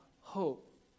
hope